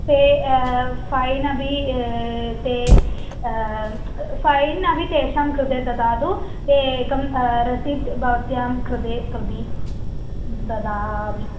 ते फ़ैन् अपि ते फ़ैन् अपि तेषां कृते ददातु ते एकं रसिट् भवत्याः कृते प्रति ददाति